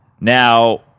Now